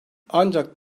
ancak